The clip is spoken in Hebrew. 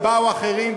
ובאו אחרים,